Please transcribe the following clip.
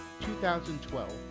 2012